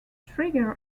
trigger